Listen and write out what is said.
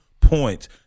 points